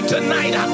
Tonight